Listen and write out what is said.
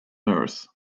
nurse